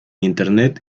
internet